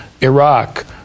Iraq